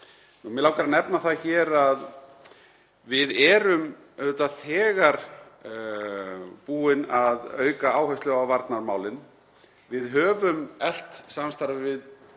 Mig langar að nefna það hér að við erum auðvitað þegar búin að auka áherslu á varnarmálin. Við höfum eflt samstarfið